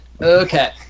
Okay